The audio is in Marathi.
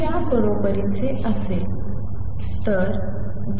च्या बरोबरीचे असेल